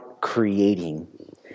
creating